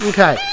Okay